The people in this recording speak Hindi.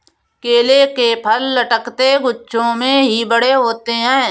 केले के फल लटकते गुच्छों में ही बड़े होते है